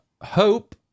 hope